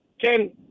Ken